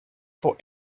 for